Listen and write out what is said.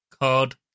card